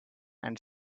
and